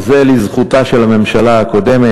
וזה לזכותה של הממשלה הקודמת,